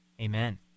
amen